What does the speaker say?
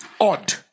odd